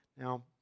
Now